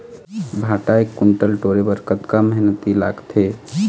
भांटा एक कुन्टल टोरे बर कतका मेहनती लागथे?